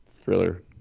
Thriller